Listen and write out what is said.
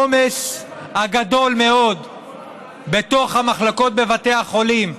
העומס הגדול מאוד בתוך המחלקות בבתי החולים,